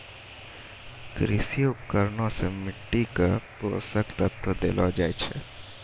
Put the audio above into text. कृषि उपकरण सें मिट्टी क पोसक तत्व देलो जाय छै